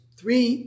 three